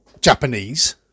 Japanese